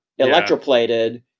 electroplated